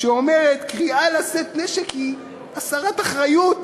שאומרת שקריאה לשאת נשק היא הסרת אחריות,